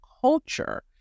culture